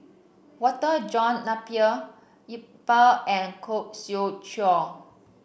Walter John Napier Iqbal and Khoo Swee Chiow